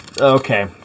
Okay